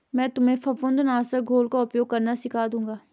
मैं तुम्हें फफूंद नाशक घोल का उपयोग करना सिखा दूंगा